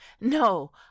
no